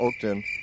oakton